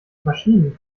maschinen